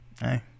Hey